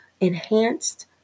enhanced